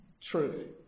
truth